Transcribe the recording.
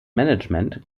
management